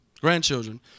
grandchildren